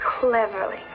cleverly